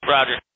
Roger